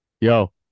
Yo